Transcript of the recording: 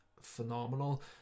phenomenal